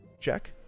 check